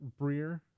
Breer